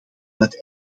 het